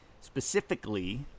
Specifically